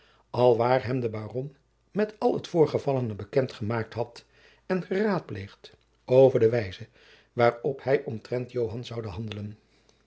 alwaar hem de baron met al het voorgevallene bekend gemaakt had en geraadpleegd over de wijze waarop hij omtrent joan zoude handelen